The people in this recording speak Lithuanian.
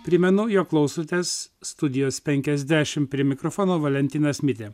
primenu jog klausotės studijos penkiasdešim prie mikrofono valentinas mitė